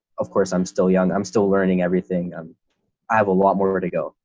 of course, i'm still young, i'm still learning everything and i have a lot more to go.